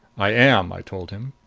i am, i told him.